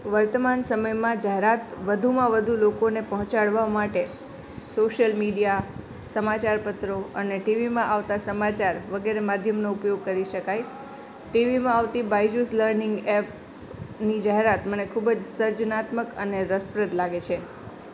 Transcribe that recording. વર્તમાન સમયમાં જાહેરાત વધુમાં વધુ લોકોને પહોંચાડવા માટે સોશ્યલ મીડિયા સમાચારપત્રો અને ટીવીમાં આવતા સમાચાર વગેરે માધ્યમનો ઉપયોગ કરી શકાય ટીવીમાં આવતી બાયજુઝ લર્નિંગ ઍપની જાહેરાત મને ખૂબ જ સર્જનાત્મક અને રસપ્રદ લાગે છે